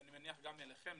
אני מניח שגם אליכם,